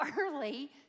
early